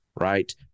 right